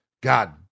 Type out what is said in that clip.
god